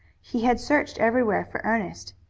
he had searched everywhere for ernest,